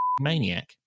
maniac